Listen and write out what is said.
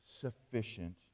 sufficient